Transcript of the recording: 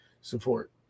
support